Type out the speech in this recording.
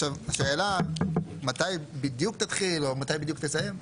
השאלה מתי בדיוק תתחיל או מתי בדיוק תסיים?